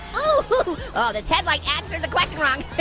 oh oh this headlight answered the question wrong.